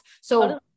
So-